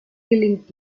gelingt